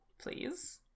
Please